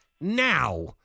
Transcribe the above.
now